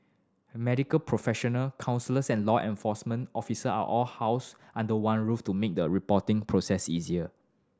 medical professional counsellors and law enforcement officials are all housed under one roof to make the reporting process easier